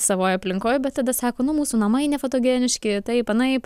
savoj aplinkoj bet tada sako nu mūsų namai nefotogeniški taip anaip